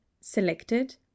Selected